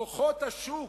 כוחות השוק,